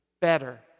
better